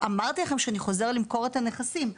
ואמרתי לכם שאני חוזר למכור את הנכסים.